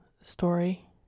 story